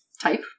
type